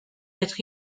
être